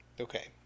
Okay